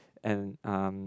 and um